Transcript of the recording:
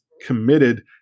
committed